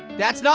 that's